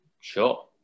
Sure